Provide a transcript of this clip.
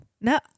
No